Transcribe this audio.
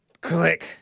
Click